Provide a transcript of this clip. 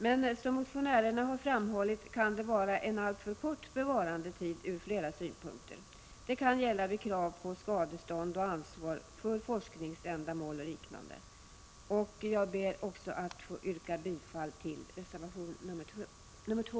Som motionärerna emellertid har framhållit kan detta vara en alltför kort bevarandetid från flera synpunkter, t.ex. beträffande krav på skadestånd och ansvar, för forskningsändamål och liknande. Jag ber att få yrka bifall också till reservation nr 2.